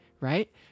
right